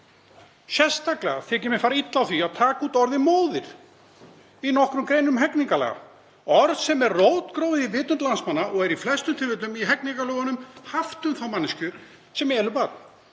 Sérstaklega þykir mér fara illa á því að taka út orðið móðir í nokkrum greinum hegningarlaga, orð sem er rótgróið í vitund landsmanna og er í flestum tilfellum í hegningarlögunum haft um þá manneskju sem elur